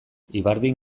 ibardin